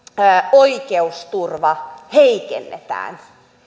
oikeusturvaa heikennetään